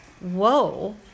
whoa